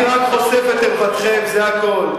אני רק חושף את ערוותכם וזה הכול.